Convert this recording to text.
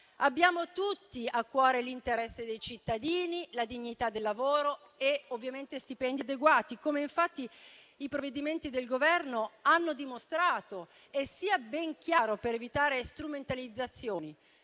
Abbiamo tutti a cuore l'interesse dei cittadini, la dignità del lavoro e ovviamente stipendi adeguati, come infatti i provvedimenti del Governo hanno dimostrato. Sia ben chiaro, per evitare strumentalizzazioni,